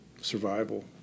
survival